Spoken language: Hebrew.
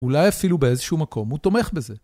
אולי אפילו באיזשהו מקום הוא תומך בזה.